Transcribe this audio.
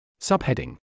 Subheading